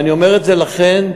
ולכן,